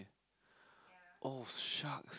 oh sharks